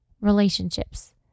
relationships